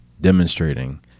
demonstrating